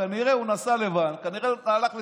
כנראה הוא נסע לווהאן, כנראה הלך לסין,